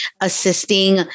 assisting